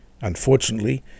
Unfortunately